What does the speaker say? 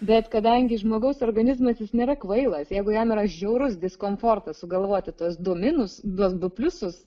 bet kadangi žmogaus organizmas jis nėra kvailas jeigu jam yra žiaurus diskomfortas sugalvoti tuos du minus tuos du pliusus